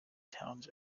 towns